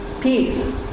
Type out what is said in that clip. peace